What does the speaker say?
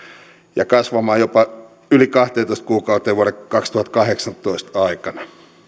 ja kasvamaan jopa yli kahteentoista kuukauteen vuoden kaksituhattakahdeksantoista aikana